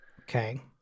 Okay